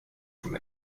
from